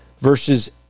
verses